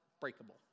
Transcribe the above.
breakable